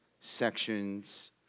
sections